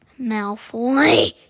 Malfoy